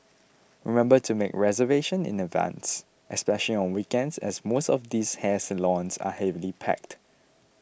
remember to make reservation in advance especially on weekends as most of these hair salons are heavily packed